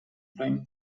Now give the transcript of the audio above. prime